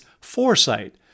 foresight